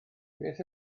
beth